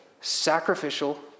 sacrificial